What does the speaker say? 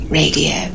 radio